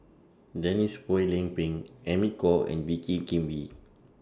Denise Phua Lay Peng Amy Khor and Wee Kim Wee